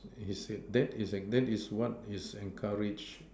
he said that is at that is what is encouraged